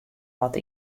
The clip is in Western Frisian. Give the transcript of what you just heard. wat